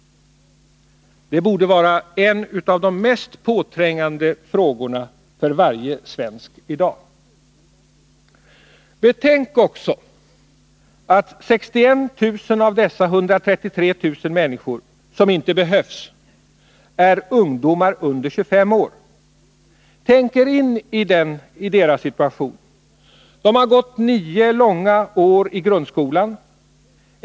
Detta borde vara en av de mest påträngande frågorna för varje svensk i dag. Betänk också att 61 000 av dessa 133 000 människor som inte behövs är ungdomar under 25 år. Tänk er in i deras situation. De har gått nio långa år i grundskolan.